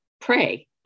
pray